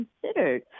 considered